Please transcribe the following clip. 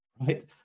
right